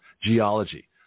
geology